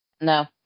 No